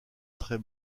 très